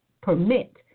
permit